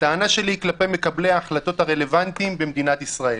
הטענה שלי היא כלפי מקבלי ההחלטות הרלבנטיים במדינת ישראל.